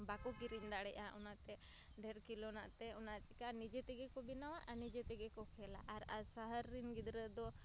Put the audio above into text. ᱵᱟᱠᱚ ᱠᱤᱨᱤᱧ ᱫᱟᱲᱮᱜᱼᱟ ᱚᱱᱟᱛᱮ ᱰᱷᱮᱨ ᱠᱷᱮᱞᱱᱟᱛᱮ ᱚᱱᱟ ᱪᱤᱠᱟᱹ ᱱᱤᱡᱮᱛᱮᱜᱮᱠᱚ ᱵᱮᱱᱟᱣᱟ ᱟᱨ ᱱᱤᱡᱮᱛᱮᱜᱮᱠᱚ ᱠᱷᱮᱞᱟ ᱟᱨ ᱥᱟᱦᱟᱨ ᱨᱮᱱ ᱜᱤᱫᱽᱨᱟᱹᱫᱚ